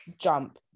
jump